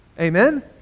amen